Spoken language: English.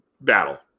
battle